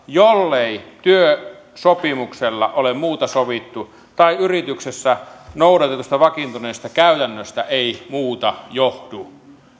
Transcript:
jollei työsopimuksella ole muuta sovittu tai yrityksessä noudatetusta vakiintuneesta käytännöstä ei muuta johdu